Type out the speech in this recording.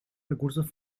recursos